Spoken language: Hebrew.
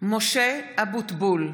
בשמות חברי הכנסת) משה אבוטבול,